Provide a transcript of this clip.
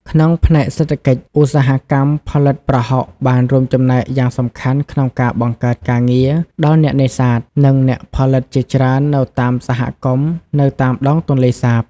ក្នុងផ្នែកសេដ្ឋកិច្ច ឧស្សាហកម្មផលិតប្រហុកបានរួមចំណែកយ៉ាងសំខាន់ក្នុងការ បង្កើតការងារ ដល់អ្នកនេសាទ និងអ្នកផលិតជាច្រើននៅតាមសហគមន៍នៅតាមដងទន្លេសាប។